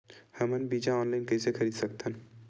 हमन बीजा ऑनलाइन कइसे खरीद सकथन?